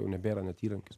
jau nebėra net įrankis